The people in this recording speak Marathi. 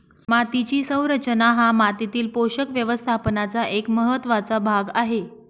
मातीची संरचना हा मातीतील पोषक व्यवस्थापनाचा एक महत्त्वाचा भाग आहे